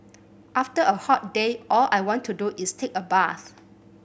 after a hot day all I want to do is take a bath